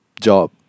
job